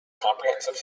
comprehensive